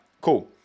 cool